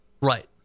Right